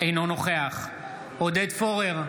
אינו נוכח עודד פורר,